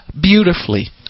beautifully